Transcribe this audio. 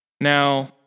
Now